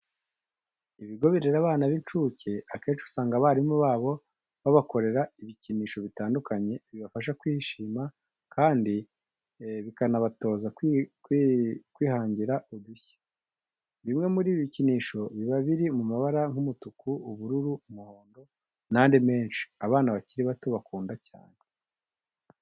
Ibigo birera abana b'incuke akenshi usanga abarimu babo babakorera ibikinisho bitandukanye bibafasha kwishima kandi bikanabatoza kwihangira udushya. Bimwe muri ibi bikinisho biba biri mu mabara nk'umutuku, ubururu, umuhondo n'andi menshi abana bakiri bato bakunda cyane.